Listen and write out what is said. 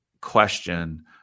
question